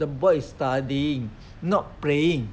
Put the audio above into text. the boy is studying not playing